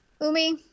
umi